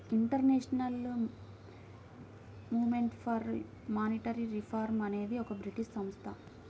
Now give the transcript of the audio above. international movement for monetary reform అనేది ఒక British సంస్థ